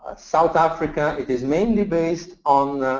south africa, it is mainly based on